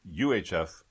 UHF